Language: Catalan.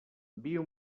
viu